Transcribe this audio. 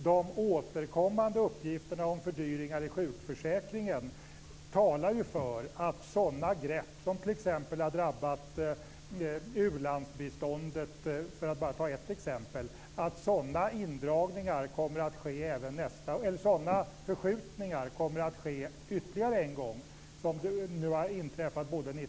De återkommande uppgifterna om fördyringar i sjukförsäkringen talar ju för att sådana förskjutningar som t.ex. har drabbat u-landsbiståndet 1998 och 1999 kommer att ske ytterligare än gång.